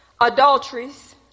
adulteries